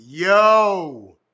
Yo